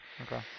okay